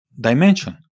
dimension